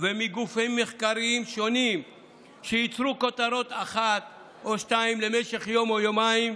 ומגופים מחקריים שונים שייצרו כותרות אחת או שתיים למשך יום או יומיים,